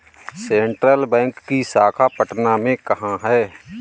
Central Bank की शाखा पटना में कहाँ है?